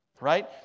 Right